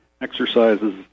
exercises